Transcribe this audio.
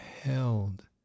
held